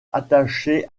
attachée